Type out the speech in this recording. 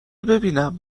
ببینم